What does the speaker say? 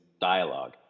dialogue